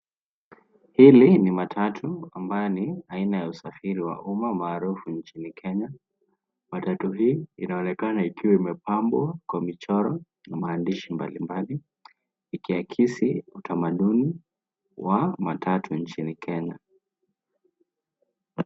Hili ni matatu ambayo ni aina ya usafiri wa umma maarufu nchini Kenya, matatu hii inaonekana ikiwa imepambwa kwa michoro na maandishi mbalimbali ikiakisi utamaduni wa matatu nchini Kenya.